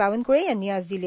बावनकुळे यांनी आज दिले